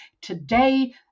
today